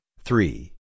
three